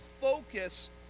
focus